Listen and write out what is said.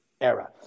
Era